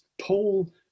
Paul